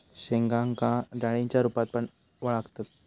शेंगांका डाळींच्या रूपात पण वळाखतत